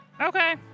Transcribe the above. Okay